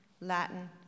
Latin